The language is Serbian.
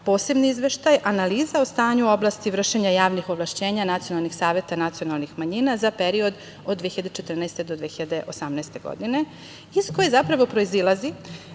posebni izveštaj – analiza o stanju u oblasti vršenja javnih ovlašćenja nacionalnih saveta nacionalnih manjina za period od 2014. do 2018. godine, iz kojeg zapravo proizilazi